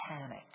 panic